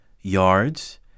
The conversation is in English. yards